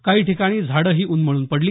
काही ठिकाणी झाडंही उन्मळून पडली